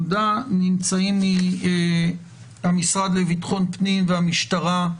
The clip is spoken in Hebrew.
נמצאים מהמשרד לביטחון פנים והמשטרה: